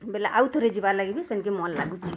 ବୋଲେ ଆଉ ଥରେ ଯିବା ଲାଗି ବି ସେନ୍ କି ମନ୍ ଲାଗୁଛି